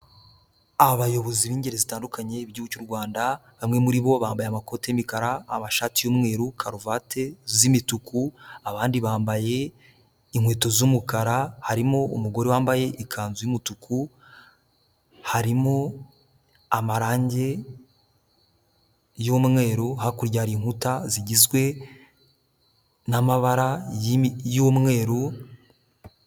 Abayobozi b'ingeri zitandukanye mu gihugu cy'u Rwanda, bamwe muri bo bambaye amakoti y'imikara, amashati y'umweru karuvate z'imituku abandi bambaye inkweto z'umukara, harimo umugore wambaye ikanzu y'umutuku harimo amarangi y'umweru, hakurya hari inkuta zigizwe n'amabara y'umweru.